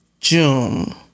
June